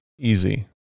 easy